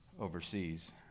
overseas